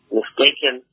mistaken